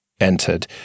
entered